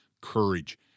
courage